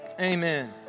Amen